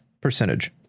Percentage